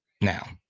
Now